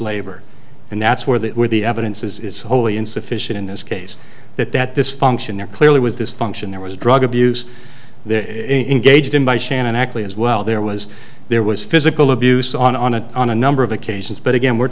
labor and that's where that where the evidence is wholly insufficient in this case that that dysfunction there clearly was dysfunction there was drug abuse there in gauged in by shannon actually as well there was there was physical abuse on it on a number of occasions but again we're